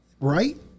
right